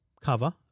cover